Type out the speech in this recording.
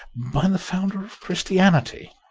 by the founder of christianity.